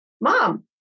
mom